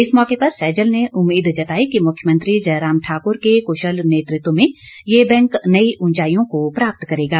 इस मौके पर सैजल ने उम्मीद जताई कि मुख्यमंत्री जयराम ठाक्र के क्शल नेतृत्व में ये बैंक नई उंचाईयों को प्राप्त करेगा